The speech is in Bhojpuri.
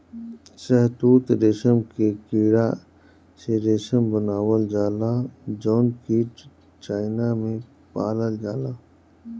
शहतूत रेशम के कीड़ा से रेशम बनावल जाला जउन कीट चाइना में पालल जाला